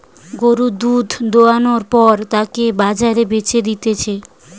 গরুর দুধ দোহানোর পর তাকে বাজারে বেচে দিতেছে